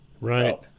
right